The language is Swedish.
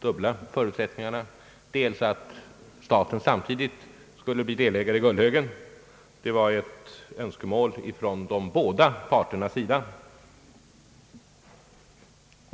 Den ena förutsättningen var att staten samtidigt skulle bli delägare i Gullhögen — det var ett önskemål från båda parternas sida.